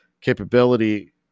capability